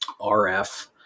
RF